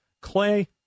Clay